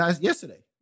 yesterday